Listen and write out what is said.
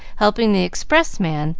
helping the expressman,